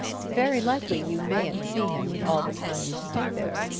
very likely you mayn't see him all the time you stay there.